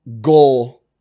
goal